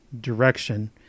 direction